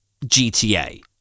gta